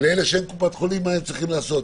לאלה שאין להם קופת חולים, מה הם צריכים לעשות.